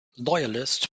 loyalist